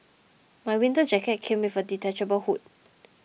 my winter jacket came with a detachable hood